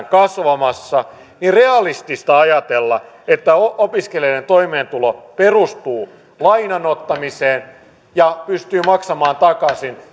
kasvamassa realistista ajatella että opiskelijoiden toimeentulo perustuu lainan ottamiseen ja että he pystyvät maksamaan takaisin